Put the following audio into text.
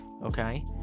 okay